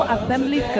Assembly